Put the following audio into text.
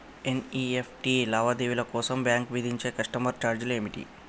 NEFT లావాదేవీల కోసం bank విధించే కస్టమర్ ఛార్జీలు ఏమిటి?